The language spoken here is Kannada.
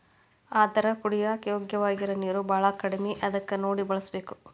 ಆದರ ಕುಡಿಯಾಕ ಯೋಗ್ಯವಾಗಿರು ನೇರ ಬಾಳ ಕಡಮಿ ಅದಕ ನೋಡಿ ಬಳಸಬೇಕ